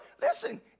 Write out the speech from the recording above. listen